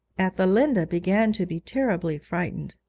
ethelinda began to be terribly frightened.